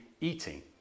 eating